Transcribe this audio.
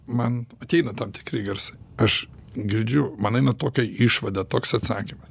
man ateina tam tikri garsai aš girdžiu man eina tokia išvada toks atsakymas